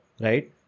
Right